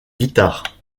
guitares